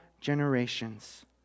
generations